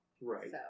Right